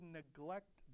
neglect